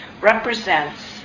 represents